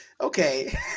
Okay